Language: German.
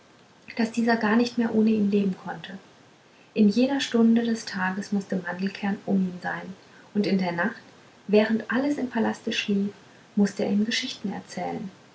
daß dieser gar nicht mehr ohne ihn leben konnte in jeder stunde des tages mußte mandelkern um ihn sein und in der nacht während alles im palaste schlief mußte er ihm geschichten erzählen